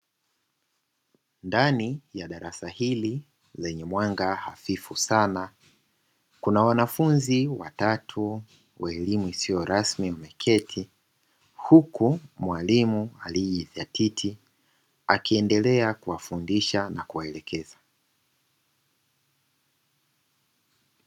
Ndani ya darasa hili lenye mwanga hafifu sana kuna wanafunzi watatu wa elimu isio rasmi wameketi, huku mwalimu aliyezatiti akiendelea kuwafundisha na kuwaeleza.